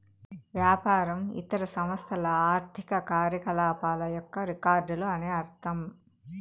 వ్యాపారం ఇతర సంస్థల ఆర్థిక కార్యకలాపాల యొక్క రికార్డులు అని అర్థం